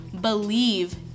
believe